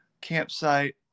campsite